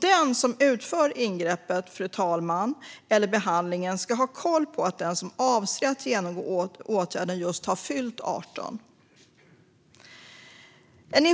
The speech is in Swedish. Den som utför ingreppet eller behandlingen, fru talman, ska ha koll på att den som avser att genomgå åtgärden har fyllt 18. Vi tycker